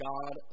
God